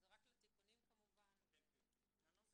אקריא רק את הסוף: "ובכלל זה ימסור נותן שירותי התשלום למוטב לנותן